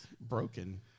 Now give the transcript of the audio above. broken